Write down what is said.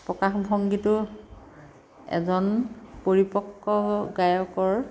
প্ৰকাশভংগীটো এজন পৰিপক্ক গায়কৰ